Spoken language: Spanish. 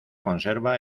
conserva